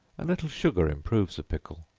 a little sugar improves the pickle.